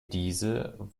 diese